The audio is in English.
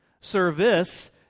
Service